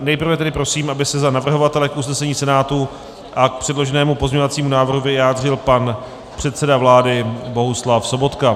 Nejprve prosím, aby se za navrhovatele k usnesení Senátu a k předloženému pozměňovacímu návrhu vyjádřil pan předseda vlády Bohuslav Sobotka.